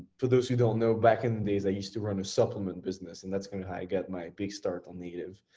for those who don't know, back in the days, i used to run a supplement business, and that's kinda how i got my big start on native.